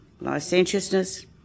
licentiousness